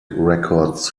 records